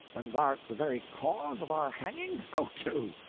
when thou'rt the very cause of our hanging? go to!